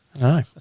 No